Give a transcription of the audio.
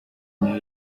nyayo